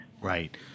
Right